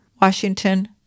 Washington